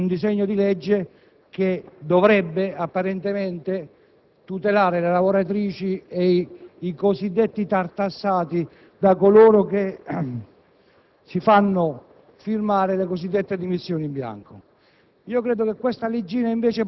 assolutamente *soft*, in sordina, essendo per molti un disegno di legge che dovrebbe apparentemente tutelare le lavoratrici e i cosiddetti tartassati da coloro che